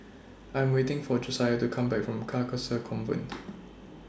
I Am waiting For Josiah to Come Back from Carcasa Convent